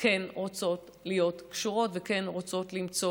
כן רוצות להיות קשורות וכן רוצות למצוא